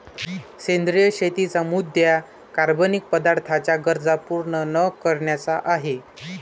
सेंद्रिय शेतीचा मुद्या कार्बनिक पदार्थांच्या गरजा पूर्ण न करण्याचा आहे